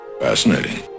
Fascinating